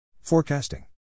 Forecasting